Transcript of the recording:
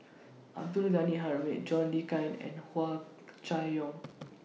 Abdul Ghani Hamid John Le Cain and Hua Chai Yong